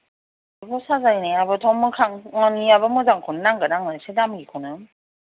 बेखौ साजायनायाबोथ' मोखां मानियाबो मोजांखौनो नांगोन आंनो एसे दामिखौनो